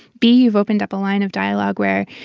b, you've opened up a line of dialogue where,